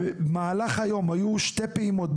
היו שתי פעימות.